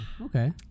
Okay